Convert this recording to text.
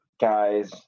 guys